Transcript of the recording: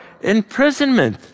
imprisonment